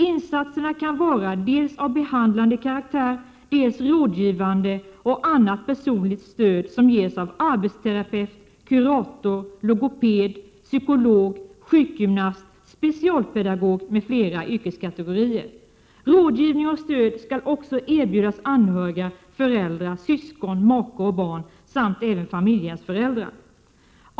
Insatserna kan vara dels av behandlande karaktär dels rådgivande och annat personligt stöd som ges av arbetsterapeut, kurator, logoped, psykolog, sjukgymnast, specialpedagog m.fl. yrkeskategorier. Rådgivning och stöd skall också erbjudas anhöriga — föräldrar, syskon, make och barn — samt även familjehemsföräldrar.